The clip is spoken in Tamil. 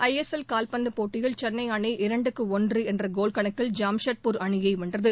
ஐஎஸ்எல் கால்பந்து போட்டியில் சென்னை அனி இரண்டு ஒன்று என்ற கோல் கணக்கில் ஜாம்ஷெட்பூர் அணியை வென்றது